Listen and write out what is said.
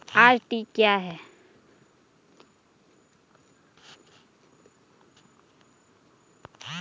RD क्या है?